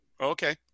Okay